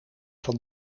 van